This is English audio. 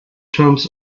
terms